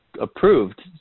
approved